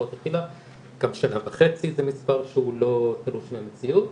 להפרעות אכילה גם שנה וחצי זה מספר שהוא לא תלוש מהמציאות.